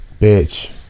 Bitch